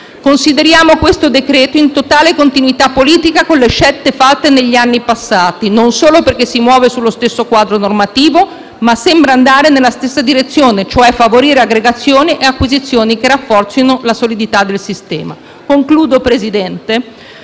Consideriamo questo decreto-legge in totale continuità politica con le scelte fatte negli anni passati, non solo perché si muove nello stesso quadro normativo, ma anche perché sembra andare nella stessa direzione, cioè quella di favorire aggregazioni e acquisizioni che rafforzino la solidità del sistema. Concludo, signor